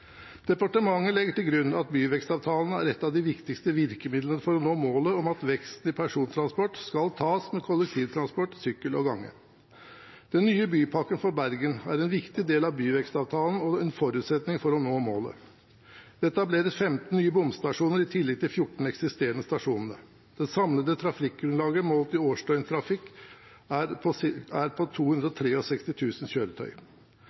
Departementet legger til grunn at byvekstavtalen er et av de viktigste virkemidlene for å nå målet om at veksten i persontransport skal tas med kollektivtransport, sykkel og gange. Den nye bypakken for Bergen er en viktig del av byvekstavtalen og en forutsetning for å nå målet. Det etableres 15 nye bomstasjoner i tillegg til de 14 eksisterende stasjonene. Det samlede trafikkgrunnlaget målt i årsdøgntrafikk er på